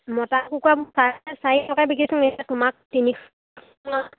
মতা কুকুৰাবোৰ চাৰে চাৰিশ টকাই বিকিছোঁ তোমাক তিনিশ